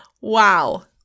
Wow